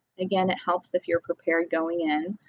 again, it helps if you're prepared going in.